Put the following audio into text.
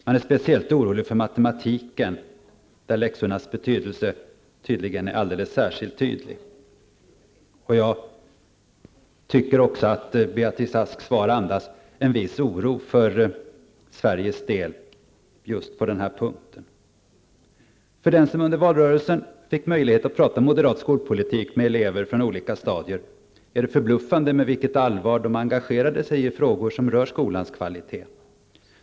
Man är speciellt orolig för matematiken, där läxornas betydelse tydligen är alldeles särskilt tydlig. Och jag tycker att Beatrice Asks svar andas en viss oro för Sveriges del just på denna punkt. För den som under valrörelsen fick möjlighet att tala moderat skolpolitik med elever från olika stadier är det förbluffande med vilket allvar de engagerade sig i frågor som rör skolans kvalitet.